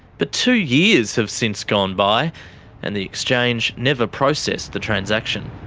but two years have since gone by and the exchange never processed the transaction.